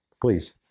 Please